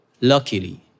Luckily